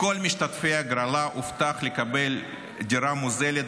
לכל משתתפי ההגרלה הובטח לקבל דירה מוזלת